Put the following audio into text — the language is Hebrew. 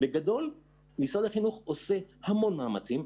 משרד החינוך עושה המון מאמצים,